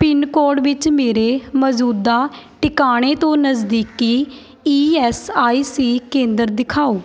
pin code ਵਿੱਚ ਮੇਰੇ ਮੌਜ਼ੂਦਾ ਟਿਕਾਣੇ ਤੋਂ ਨਜ਼ਦੀਕੀ ਈ ਐੱਸ ਆਈ ਸੀ ਕੇਂਦਰ ਦਿਖਾਓ